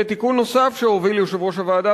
ותיקון נוסף שהוביל יושב-ראש הוועדה,